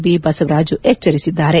B Basavaraju ಎಚ್ಚರಿಸಿದ್ದಾರೆ